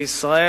בישראל,